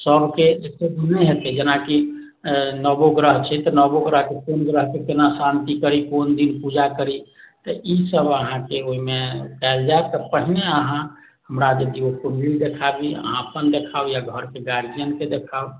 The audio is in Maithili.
सभके एके मुहूर्त नहि हेतै जेनाकि नवोग्रह छै तऽ नवोग्रहके कोन ग्रहके कोना शान्ति करी कोन दिन पूजा करी तऽ ई सभ अहाँके ओहिमे देल जायत तऽ पहिने अहाँ यदि ओ कुण्डली देखा दी अहाँ अपन देखाबी या घरके गार्जेनके देखाउ